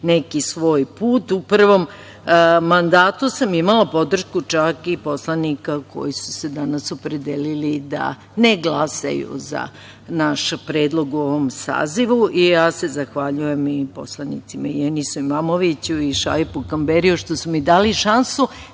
neki svoj put. U prvom mandatu sam imala podršku čak i poslanika koji su se danas opredelili da ne glasaju za naš predlog u ovom sazivu i ja se zahvaljujem poslanicima Enisu Imamoviću i Šaipu Kamberiju što su mi dali šansu